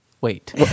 Wait